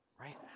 Right